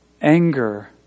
anger